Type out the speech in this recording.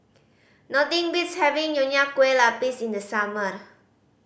nothing beats having Nonya Kueh Lapis in the summer